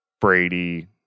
Brady